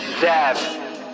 Zab